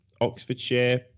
oxfordshire